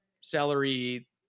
celery